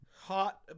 Hot